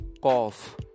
cough